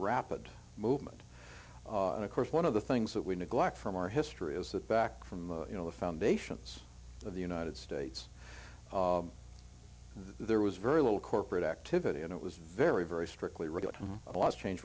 rapid movement and of course one of the things that we neglect from our history is that back from you know the foundations of the united states and there was very little corporate activity and it was very very strictly wrote him a lot change